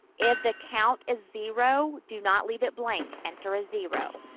if the count is zero, do not leave it blank. enter a zero.